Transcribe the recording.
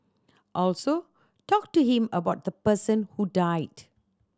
also talk to him about the person who died